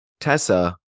Tessa